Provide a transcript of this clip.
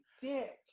dick